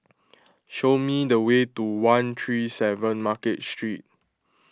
show me the way to one three seven Market Street